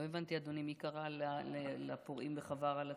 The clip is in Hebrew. לא הבנתי, אדוני, מי קרא לפורעים בחווארה לצאת?